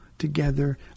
together